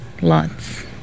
Lots